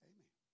Amen